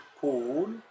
cool